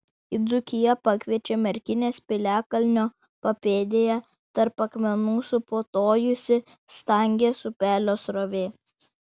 į dzūkiją pakviečia merkinės piliakalnio papėdėje tarp akmenų suputojusi stangės upelio srovė